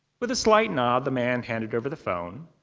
with a slight nod, the man handed over the phone.